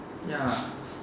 ya